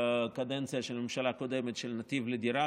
הקדנציה של הממשלה הקודמת של "נתיב לדירה".